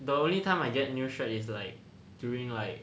the only time I get new shirt is like during like